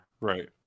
Right